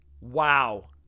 wow